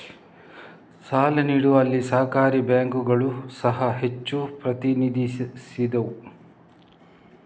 ಸಾಲ ನೀಡುವಲ್ಲಿ ಸಹಕಾರಿ ಬ್ಯಾಂಕುಗಳು ಸಹ ಹೆಚ್ಚು ಪ್ರತಿನಿಧಿಸಿದವು